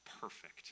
perfect